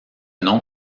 nom